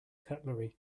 cutlery